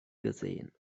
gesehen